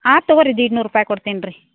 ಆಯ್ತ್ ತೊಗೊಳಿ ದೀಡ್ ನೂರು ರೂಪಾಯಿ ಕೊಡ್ತೇನೆ ರೀ